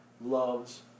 loves